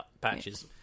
patches